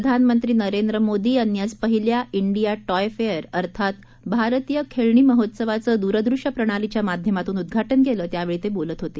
प्रधानमंत्री नरेंद्र मोदी यांनी आज पहिल्या इंडिया टॉय फेअर अर्थात भारतीय खेळणी महोत्सवाचं दूरदृश्य प्रणालीच्या माध्यमातून उद्घाटन केलं त्यावेळी ते बोलत होते